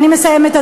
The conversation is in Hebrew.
אני מסיימת,